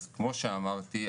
כמו שאמרתי,